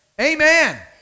Amen